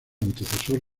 antecesor